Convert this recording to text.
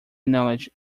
analogy